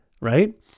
right